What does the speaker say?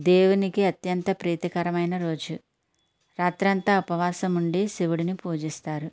దేవునికి అత్యంత ప్రీతికరమైన రోజు రాత్రంతా ఉపవాసముండి శివుడిని పూజిస్తారు